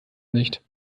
nicht